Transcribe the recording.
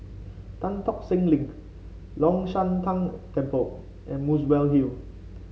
Tan Tock Seng Link Long Shan Tang Temple and Muswell Hill